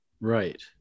right